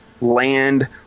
land